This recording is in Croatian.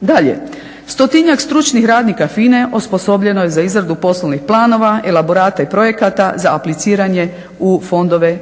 Dalje. Stotinjak stručnih radnika FINA-e osposobljeno je za izradu poslovnih planova, elaborata i projekata, za apliciranje u fondove